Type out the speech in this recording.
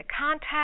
contact